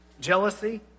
Jealousy